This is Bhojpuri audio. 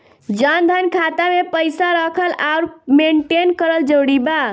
जनधन खाता मे पईसा रखल आउर मेंटेन करल जरूरी बा?